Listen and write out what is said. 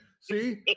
See